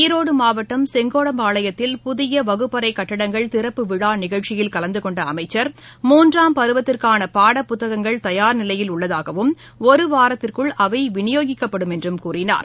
ஈரோடுமாவட்டம் செங்கோடம்பாளையத்தில் புதியவகுப்பறைகட்டங்கள் திறப்பு விழாநிகழ்ச்சியில் கலந்தகொண்டஅமைச்சர் முன்றாம் பருவத்திற்கானபாடப்புத்தகங்கள் தயார் நிலையில் உள்ளதாகவும் ஒருவாரத்திற்குள் அவைவிநியாகிக்கப்படும் என்றும் கூறினார்